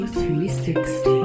360